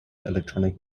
electronic